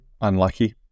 unlucky